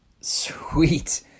sweet